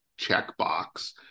checkbox